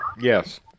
Yes